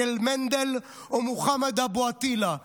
איך קוראים להם, יענקל מנדל או מוחמד אבו עטילה,